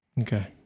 Okay